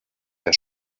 der